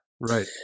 right